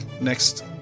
Next